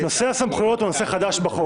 נושא הסמכויות הוא נושא חדש בחוק,